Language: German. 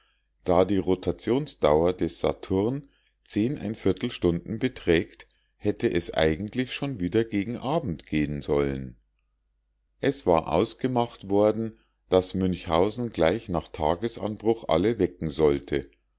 da die rotationsdauer des saturn stunden beträgt hätte es eigentlich schon wieder gegen abend gehen sollen es war ausgemacht worden daß münchhausen gleich nach tagesanbruch alle wecken sollte